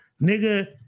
nigga